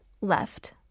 left